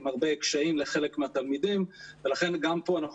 עם הרבה קשיים לחלק מהתלמידים ולכן גם פה אנחנו